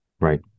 Right